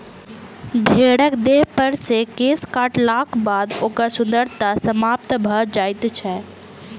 भेंड़क देहपर सॅ केश काटलाक बाद ओकर सुन्दरता समाप्त भ जाइत छै